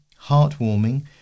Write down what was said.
heartwarming